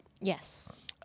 Yes